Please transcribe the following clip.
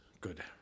good